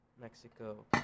Mexico